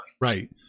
Right